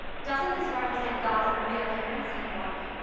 doesn't this represent god's reappearance and work?